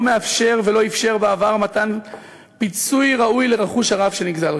מאפשר ולא אפשר בעבר מתן פיצוי ראוי לרכוש הרב שנגזל,